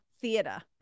theater